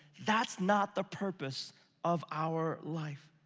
that's not the purpose of our life.